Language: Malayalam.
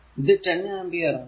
ഇത് 10 ആമ്പിയർ ആണ്